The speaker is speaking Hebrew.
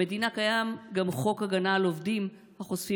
במדינה קיים גם חוק הגנה על עובדים החושפים